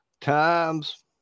times